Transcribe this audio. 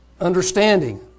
understanding